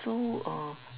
so uh